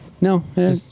No